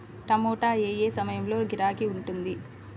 టమాటా ఏ ఏ సమయంలో గిరాకీ ఉంటుంది?